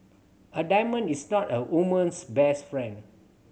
a diamond is not a woman's best friend